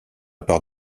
part